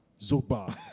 Zuba